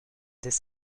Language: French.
dès